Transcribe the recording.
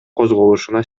козголушуна